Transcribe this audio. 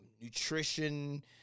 nutrition